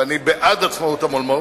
ואני בעד עצמאות המולמו"פ,